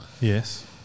Yes